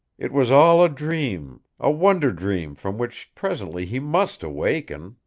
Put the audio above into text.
it was all a dream a wonder dream from which presently he must awaken.